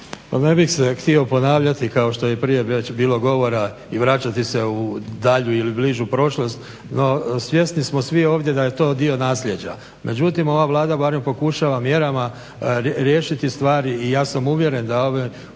ne bih se htio ponavljati kao što je i prije već bilo govora i vraćati se u dalju ili bližu prošlost. No, svjesni smo svi ovdje da je to dio naslijeđa. Međutim, ova Vlada barem pokušava mjerama riješiti stvari i ja sam uvjeren da ovaj